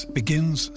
begins